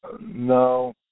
no